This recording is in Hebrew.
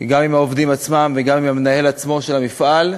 גם עם העובדים עצמם, גם עם המנהל עצמו של המפעל,